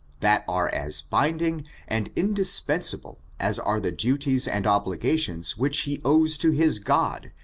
that are as binding and indispensable as are the duties and obligations which he owes to his god,